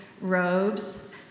robes